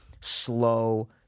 slow